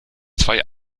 zwei